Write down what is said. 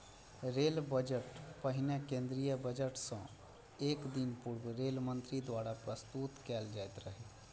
rail budget पहिने केंद्रीय budget सं एक दिन पूर्व रेल मंत्री द्वारा प्रस्तुत कैल जाइत रहै